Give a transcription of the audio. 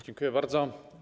Dziękuję bardzo.